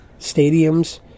stadiums